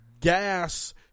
Gas